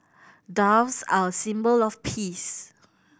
doves are a symbol of peace